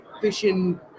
fishing